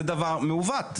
זה דבר מעוות.